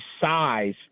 size